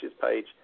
page